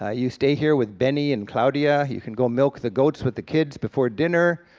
ah you stay here with benny and claudia, you can go milk the goats with the kids before dinner,